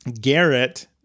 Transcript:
Garrett